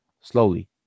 slowly